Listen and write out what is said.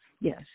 yes